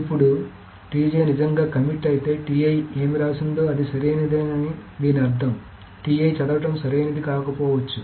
ఇప్పుడు నిజంగా కమిట్ ఐతే ఏమి రాసిందో అది సరైనదేనని దీని అర్థం చదవడం సరైనది కాకపోవచ్చు